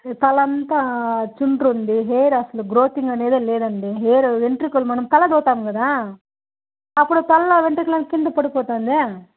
తలంతా చుండ్రు ఉంది హెయిర్ అసలు గ్రోయింగ్ అనేదే లేదండి హెయిర్ వెంట్రుకలు మనం తల దువ్వుతాం కదా అప్పుడు తలలో వెంట్రుకలు అన్ని కింద పడిపోతుంది